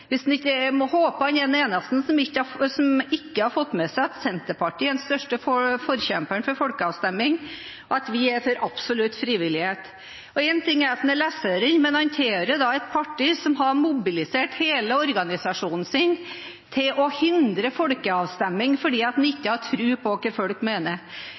den eneste som ikke har fått med seg at Senterpartiet er den største forkjemperen for folkeavstemning, og at vi er for absolutt frivillighet. Én ting er at han er «læssørin’», men han tilhører et parti som har mobilisert hele organisasjonen sin for å hindre folkeavstemning fordi en ikke har tro på det folk mener.